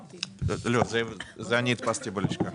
לא, זה אני הדפסתי בלשכה.